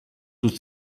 would